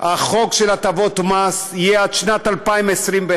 החוק של הטבות מס יהיה עד שנת 2021,